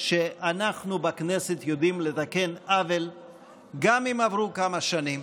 שאנחנו בכנסת יודעים לתקן עוול גם אם עברו כמה שנים,